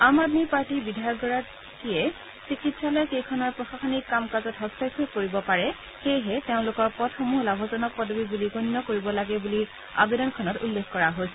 আম আদমী পাৰ্টীৰ বিধায়কগৰাকীয়ে চিকিৎসালয় কেইখনৰ প্ৰশাসনিক কাম কাজত হস্তক্ষেপ কৰিব পাৰে সেয়েহে তেওঁলোকৰ পদসমূহ লাভজনক পদবী বুলি গণ্য কৰিব লাগে বুলি আবেদনখনত উল্লেখ কৰা হৈছিল